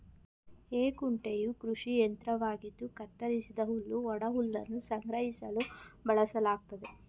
ಹೇ ಕುಂಟೆಯು ಕೃಷಿ ಯಂತ್ರವಾಗಿದ್ದು ಕತ್ತರಿಸಿದ ಹುಲ್ಲು ಒಣಹುಲ್ಲನ್ನು ಸಂಗ್ರಹಿಸಲು ಬಳಸಲಾಗ್ತದೆ